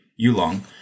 Yulong